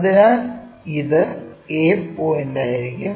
അതിനാൽ ഇത് a പോയിന്റായിരിക്കും